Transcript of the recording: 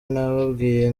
nababwiye